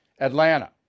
Atlanta